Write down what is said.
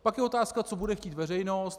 Pak je otázka, co bude chtít veřejnost.